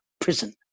prison